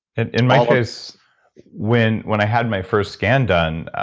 and in my case when when i had my first scan done,